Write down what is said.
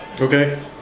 okay